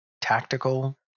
tactical